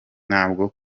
ntabwo